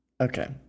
Okay